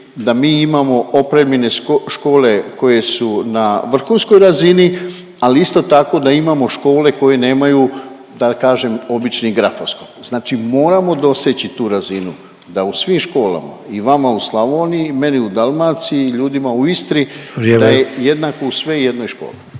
da mi imamo opremljene škole koje su na vrhunskoj razini, ali isto tako da imamo škole koje nemaju, da kažem obični grafoskop. Znači moramo doseći tu razinu da u svim školama i vama u Slavoniji i meni u Dalmaciji i ljudima u Istri …/Upadica Sanader: